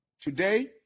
Today